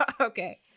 Okay